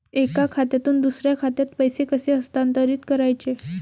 एका खात्यातून दुसऱ्या खात्यात पैसे कसे हस्तांतरित करायचे